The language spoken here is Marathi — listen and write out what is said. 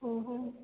हो हो